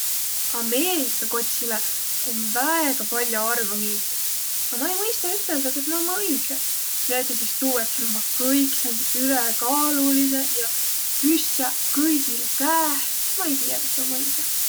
Ameerika kotsilõ om väega pall'o arvamiisi, a ma ei mõistaq üteldäq, kas naaq ummaq õigõq. Näütüses tuu, et sääl ummaq kõik säändseq ülekaalulidsõq ja püssäq kõigil käeh, ma ei tiiäq, kas tuu om õigõ.